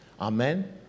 amen